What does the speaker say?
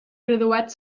graduat